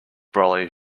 brolly